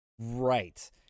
Right